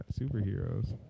superheroes